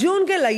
הג'ונגל,